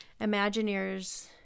Imagineers